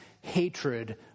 hatred